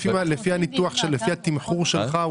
לפי הניתוח והתמחור שלך,